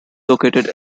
located